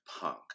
punk